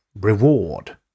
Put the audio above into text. reward